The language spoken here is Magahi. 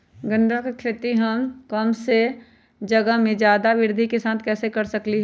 गेंदा के खेती हम कम जगह में ज्यादा वृद्धि के साथ कैसे कर सकली ह?